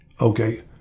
Okay